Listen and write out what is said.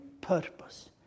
purpose